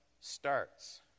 starts